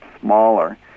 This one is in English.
smaller